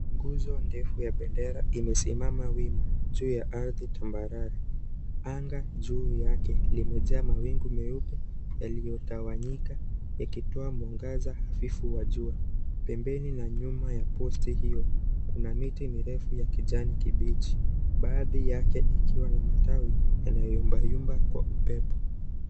Nguzo ndefu ya bendera imesimama wima juu ya ardhi, anga juu yake imejaa mawingu meupe iliyotawanyika ikitoa mwangaza vivu wa jua. Pempeni na nyuma ya posti hiyo kuna miti mirefu ya kijani kibichi , baadhi yake ikiwa na matawi yanayoimbaimba kwa upepo.